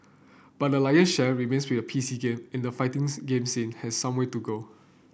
but the lion share remains with P C game and fightings game scene has some way to go